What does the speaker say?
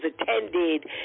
attended